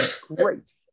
Great